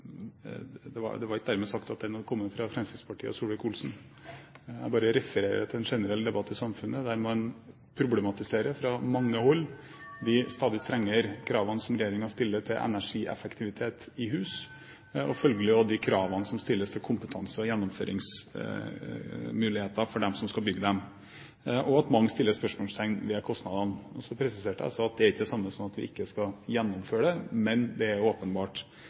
med mindre god økonomi enn de har som kan bore etter jordvarme, også kan få bidra til den energisparedugnaden som jeg tror statsråden og alle i dette hus ønsker? Aller først: Når det gjaldt kritikken jeg refererte til, var det ikke dermed sagt at den kom fra Fremskrittspartiet og Solvik-Olsen. Jeg bare refererer til en generell debatt i samfunnet der man fra mange hold problematiserer de stadig strengere kravene som regjeringen stiller til energieffektivitet i hus, og følgelig også de kravene som stilles til kompetanse og gjennomføringsmuligheter for dem som skal bygge dem, og at mange setter spørsmålstegn ved